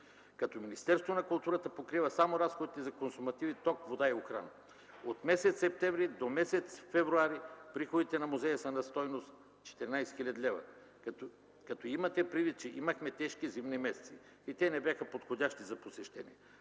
като Министерството на културата покрива само разходите за консумативи, ток, вода и охрана. От месец септември до месец февруари приходите на музея са на стойност 14 хил. лв. – като имате предвид, че имаше тежки зимни месеци и те не бяха подходящи за посещения.